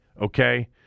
okay